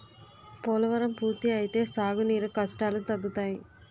పోలవరం పూర్తి అయితే సాగు నీరు కష్టాలు తగ్గుతాయి